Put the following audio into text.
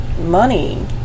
money